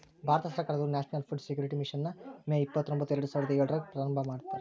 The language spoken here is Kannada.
ಭಾರತ ಸರ್ಕಾರದವ್ರು ನ್ಯಾಷನಲ್ ಫುಡ್ ಸೆಕ್ಯೂರಿಟಿ ಮಿಷನ್ ನ ಮೇ ಇಪ್ಪತ್ರೊಂಬತ್ತು ಎರಡುಸಾವಿರದ ಏಳ್ರಾಗ ಪ್ರಾರಂಭ ಮಾಡ್ಯಾರ